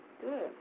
Good